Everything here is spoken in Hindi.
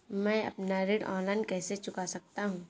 मैं अपना ऋण ऑनलाइन कैसे चुका सकता हूँ?